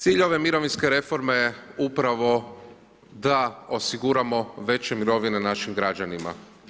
Cilj ove mirovinske reforme je upravo da osiguramo veće mirovine našim građanima.